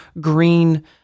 green